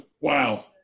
wow